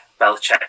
Belichick